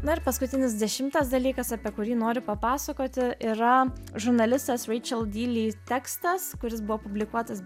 na ir paskutinis dešimtas dalykas apie kurį noriu papasakoti yra žurnalistės vaičeldili tekstas kuris buvo publikuotas